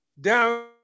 down